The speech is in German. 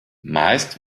meist